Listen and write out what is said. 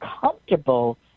comfortable